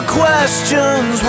questions